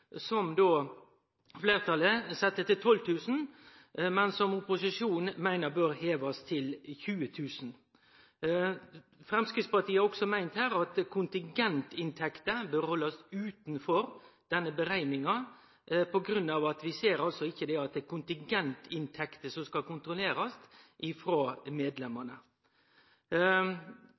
fleirtalet då set til 12 000 kr, men som opposisjonen meiner bør hevast til 20 000 kr. Framstegspartiet har òg meint at kontingentinntekter bør haldast utanfor denne berekninga, på grunn av at vi ikkje ser at det er kontingentinntekter frå medlemene som skal kontrollerast.